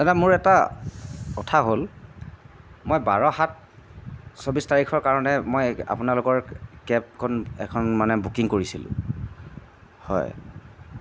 দাদা মোৰ এটা কথা হ'ল মই বাৰ সাত চৌবিছ তাৰিখৰ কাৰণে মই আপোনালোকৰ কেবখন এখন মানে বুকিং কৰিছিলোঁ হয়